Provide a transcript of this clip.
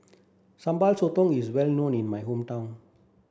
Sambal Sotong is well known in my hometown